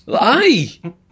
Aye